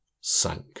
sunk